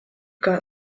got